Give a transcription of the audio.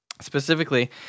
Specifically